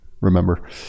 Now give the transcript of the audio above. remember